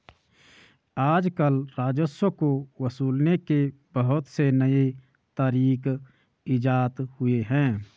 आजकल राजस्व को वसूलने के बहुत से नये तरीक इजात हुए हैं